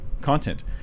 content